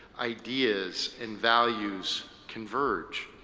ideas, and values converge.